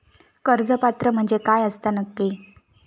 कर्ज पात्र म्हणजे काय असता नक्की?